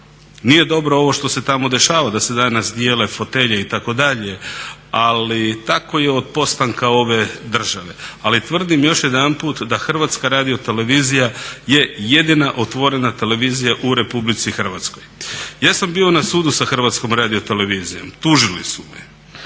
Nije dobro ovo što se tamo dešava da se danas dijele fotelje itd. Ali tako je od postanka ove države. Ali tvrdim još jedanput da HRT je jedina otvorena televizija u RH. Ja sam bio na sudu sa HRT-om, tužili su me